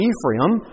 Ephraim